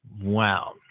Wow